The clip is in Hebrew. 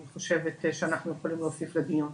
מה שאני חושבת שאנחנו יכולים להוסיף לדיון.